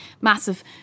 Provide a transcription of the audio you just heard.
massive